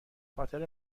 خاطر